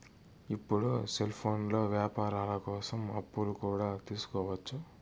ఇప్పుడు సెల్ఫోన్లో వ్యాపారాల కోసం అప్పులు కూడా తీసుకోవచ్చు